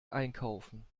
einkaufen